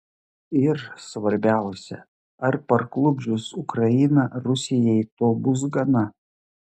ir svarbiausia ar parklupdžius ukrainą rusijai to bus gana